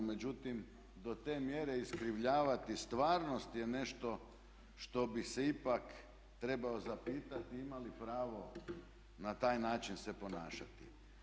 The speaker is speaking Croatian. Međutim, to te mjere iskrivljavati stvarnost je nešto što bi se ipak trebao zapitati ima li pravo na taj način se ponašati.